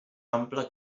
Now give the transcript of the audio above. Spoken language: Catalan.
ampla